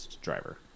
driver